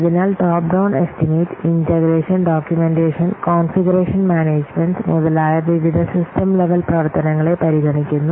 അതിനാൽ top down estimate integration documentation configuration management മുതലായ വിവിധ സിസ്റ്റം ലെവൽ പ്രവർത്തനങ്ങളെ പരിഗണിക്കുന്നു